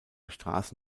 straße